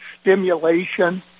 stimulation